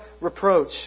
reproach